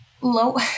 low